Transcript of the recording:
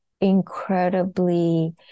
incredibly